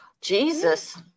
Jesus